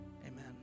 Amen